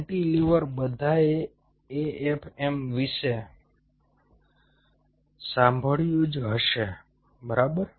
cantilever બધાએ AFM વિશે સાંભળ્યું જ હશે બરાબર